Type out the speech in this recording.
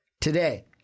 Today